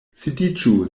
sidiĝu